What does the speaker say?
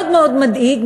מאוד מאוד מדאיג,